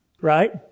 Right